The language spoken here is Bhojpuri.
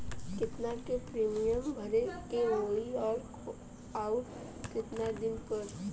केतना के प्रीमियम भरे के होई और आऊर केतना दिन पर?